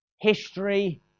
history